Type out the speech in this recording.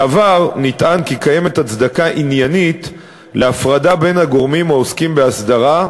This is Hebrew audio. בעבר נטען שיש הצדקה עניינית להפרדה בין הגורמים העוסקים באסדרה,